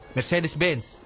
Mercedes-Benz